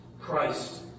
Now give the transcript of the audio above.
Christ